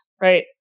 right